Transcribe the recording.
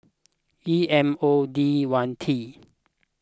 E M O D one T